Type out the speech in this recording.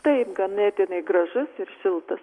taip ganėtinai gražus ir šiltas